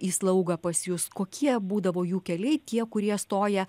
į slaugą pas jus kokie būdavo jų keliai tie kurie stoja